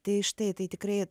tai štai tai tikrai